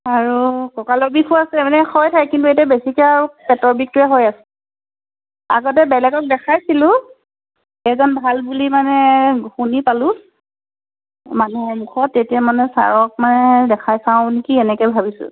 আৰু কঁকালৰ বিষো আছে মানে হয় থাকে কিন্তু এতিয়া বেছিকৈ আৰু পেটৰ বিষটোৱে হৈ আছে আগতে বেলেগক দেখাইছিলোঁ এইজন ভাল বুলি মানে শুনি পালোঁ মানুহৰ মুখত তেতিয়া মানে ছাৰক মানে দেখাই চাওঁ নেকি এনেকৈ ভাবিছোঁ